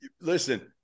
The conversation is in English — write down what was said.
Listen